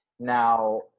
Now